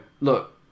look